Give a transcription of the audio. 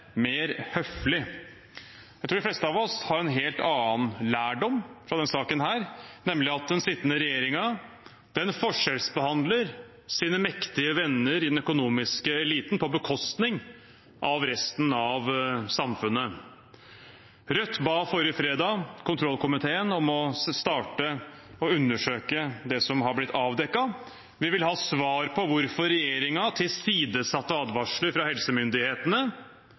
fleste av oss har en helt annen lærdom fra denne saken, nemlig at den sittende regjeringen forskjellsbehandler sine mektige venner i den økonomiske eliten, på bekostning av resten av samfunnet. Rødt ba forrige fredag kontrollkomiteen om å starte å undersøke det som har blitt avdekket. Vi vil ha svar på